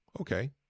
okay